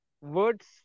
words